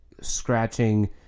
scratching